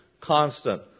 constant